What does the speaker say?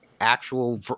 actual